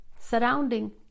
surrounding